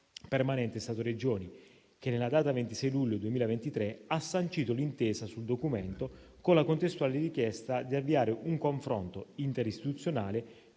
permanente Stato-Regioni, che, in data 26 luglio 2023, ha sancito l'intesa sul documento, con la contestuale richiesta di avviare un confronto interistituzionale